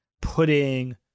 putting